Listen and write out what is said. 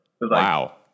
Wow